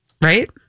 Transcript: Right